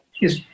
Yes